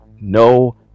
no